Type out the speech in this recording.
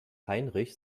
heinrich